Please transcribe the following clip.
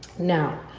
now,